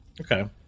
Okay